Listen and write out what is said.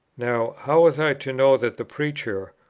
now how was i to know that the preacher.